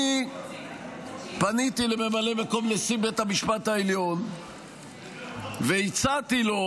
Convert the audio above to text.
אני פניתי לממלא מקום נשיא בית המשפט העליון והצעתי לו: